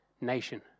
nation